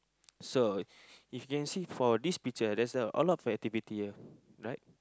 so if you can see for this picture there's a a lot of activity here right